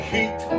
Heat